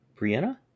brianna